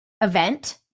event